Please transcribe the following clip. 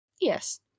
Yes